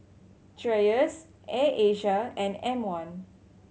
Dreyers Air Asia and M One